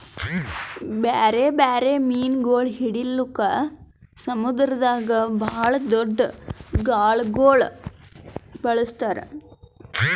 ಬ್ಯಾರೆ ಬ್ಯಾರೆ ಮೀನುಗೊಳ್ ಹಿಡಿಲುಕ್ ಸಮುದ್ರದಾಗ್ ಭಾಳ್ ದೊಡ್ದು ಗಾಳಗೊಳ್ ಬಳಸ್ತಾರ್